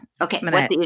okay